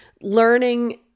learning